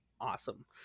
awesome